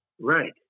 Right